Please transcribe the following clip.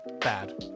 bad